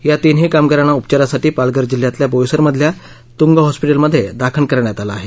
या तीन ही कामगारांना उपचारासाठी पालघर जिल्ह्यातल्या बोईसर मधल्या तुंगा हॉस्पिटल मध्ये दाखल करण्यात आलं आहे